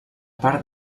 part